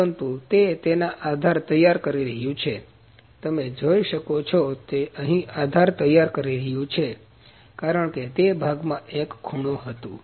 પરંતુ તે તેના આધાર તૈયાર કરી રહ્યું છે તમે જોઈ શકો છો કે તે અહીં આધાર તૈયાર કરી રહ્યું છે કારણ કે તે ભાગમાં એક ખૂણો હતું